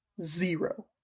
zero